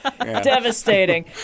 Devastating